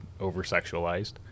over-sexualized